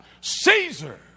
Caesar